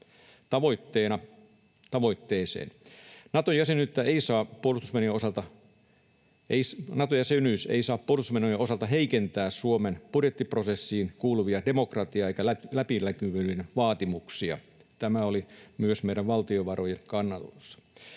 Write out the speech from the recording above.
Tavoitteeseen: Nato-jäsenyys ei saa puolustusmenojen osalta heikentää Suomen budjettiprosessiin kuuluvia demokratia- eikä läpinäkyvyyden vaatimuksia. Tämä oli myös meidän, valtiovarainvaliokunnan,